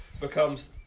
becomes